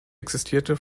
existierte